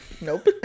Nope